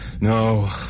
no